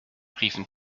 riefen